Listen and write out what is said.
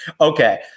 Okay